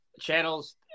channels